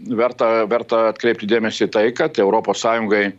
verta verta atkreipti dėmesį į tai kad europos sąjungai